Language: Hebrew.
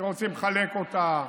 שרוצים לחלק אותה,